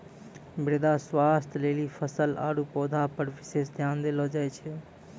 मृदा स्वास्थ्य लेली फसल आरु पौधा पर विशेष ध्यान देलो जाय छै